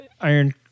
Iron